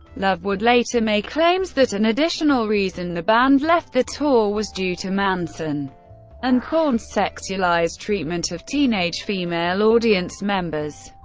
love would later make claims that an additional reason the band left the tour was due to manson and korn's sexualized treatment of teenage female audience members.